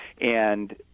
And-